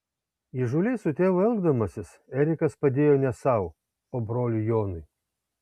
įžūliai su tėvu elgdamasis erikas padėjo ne sau o broliui jonui